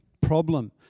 problem